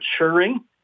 maturing